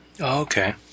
Okay